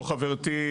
ויושבת פה חברתי,